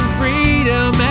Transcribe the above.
freedom